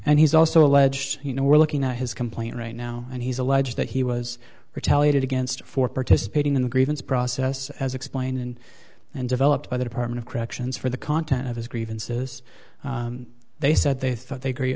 and he's also alleged you know we're looking at his complaint right now and he's alleged that he was retaliated against for participating in the grievance process as explained in and developed by the department of corrections for the content of his grievances they said they thought they